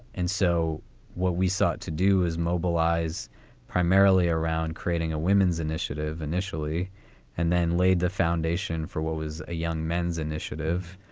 and so what we sought to do is mobilize primarily around creating a women's initiative initially and then laid the foundation for what was a young men's initiative.